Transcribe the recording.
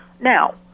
Now